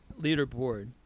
leaderboard